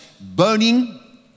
burning